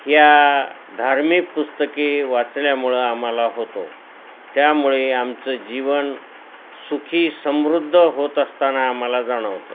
या धार्मिक पुस्तके वाचल्यामुळं आम्हाला होतो त्यामुळे आमचं जीवन सुखी समृद्ध होत असताना आम्हाला जाणवतं